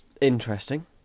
interesting